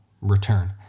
return